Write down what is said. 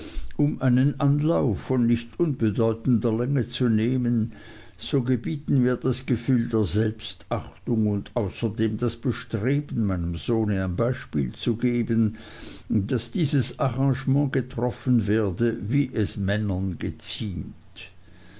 um einen anlauf von nicht unbedeutender länge zu nehmen so gebieten mir das gefühl der selbstachtung und außerdem das bestreben meinem sohne ein beispiel zu geben daß dieses arrangement getroffen werde wie es männern geziemt